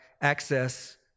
access